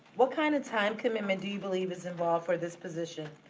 what kind of time commitment do you believe is involved for this position?